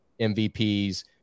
MVPs